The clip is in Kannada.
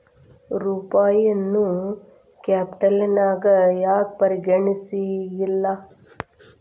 ರೂಪಾಯಿನೂ ಕ್ಯಾಪಿಟಲ್ನ್ಯಾಗ್ ಯಾಕ್ ಪರಿಗಣಿಸೆಂಗಿಲ್ಲಾ?